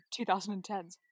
2010s